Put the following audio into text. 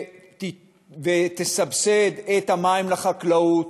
ותסבסד את המים לחקלאות,